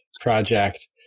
project